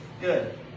good